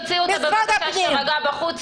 תוציאו אותה בבקשה שתירגע בחוץ.